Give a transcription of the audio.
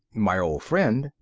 my old friend?